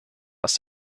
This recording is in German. was